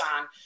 on